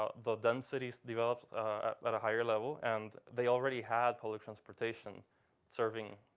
ah the densities developed at a higher level. and they already had public transportation serving